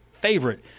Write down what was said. favorite